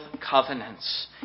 covenants